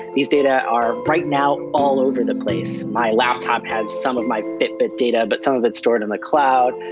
these data are right now all over the place. my laptop has some of my fitbit data but some of it's stored in the cloud.